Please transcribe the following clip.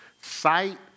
Sight